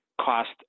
cost